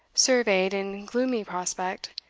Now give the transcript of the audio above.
surveyed, in gloomy prospect,